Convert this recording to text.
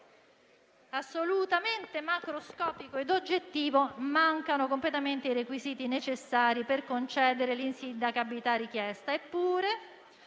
assolutamente macroscopico e oggettivo, mancano completamente i requisiti necessari per concedere l'insindacabilità richiesta, eppure